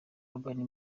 urban